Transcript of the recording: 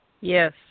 Yes